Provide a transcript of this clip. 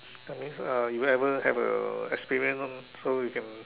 that means uh you ever have a experience so you can